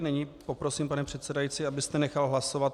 Nyní poprosím, pane předsedající, abyste nechal hlasovat.